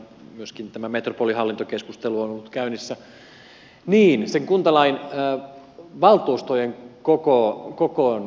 myöskin tämä metropolihallintokeskustelu on ollut käynnissä niin sen kuntalain valtuustojen kokoon liittyvät ratkaisut